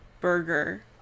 burger